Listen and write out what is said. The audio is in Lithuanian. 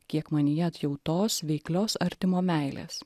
kiek manyje atjautos veiklios artimo meilės